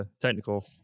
technical